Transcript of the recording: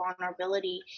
vulnerability